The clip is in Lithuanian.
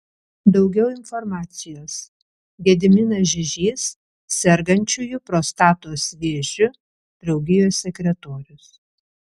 daugiau informacijos gediminas žižys sergančiųjų prostatos vėžiu draugijos sekretorius